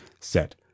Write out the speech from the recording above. set